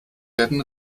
werden